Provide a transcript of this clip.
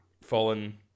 fallen